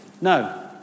No